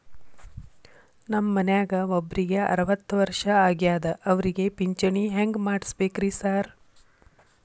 ನಮ್ ಮನ್ಯಾಗ ಒಬ್ರಿಗೆ ಅರವತ್ತ ವರ್ಷ ಆಗ್ಯಾದ ಅವ್ರಿಗೆ ಪಿಂಚಿಣಿ ಹೆಂಗ್ ಮಾಡ್ಸಬೇಕ್ರಿ ಸಾರ್?